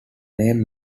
name